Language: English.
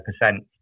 percent